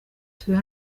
turi